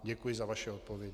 Děkuji za vaše odpovědi.